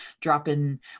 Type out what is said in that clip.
dropping